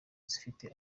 zifite